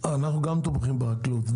אנחנו גם תומכים באל תלות,